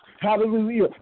Hallelujah